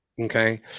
Okay